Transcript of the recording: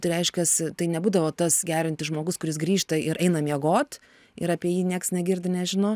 tai reiškiasi tai nebūdavo tas geriantis žmogus kuris grįžta ir eina miegot ir apie jį nieks negirdi nežino